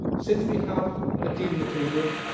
since we have a deal on the table,